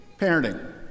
parenting